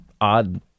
odd